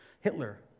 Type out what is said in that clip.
Hitler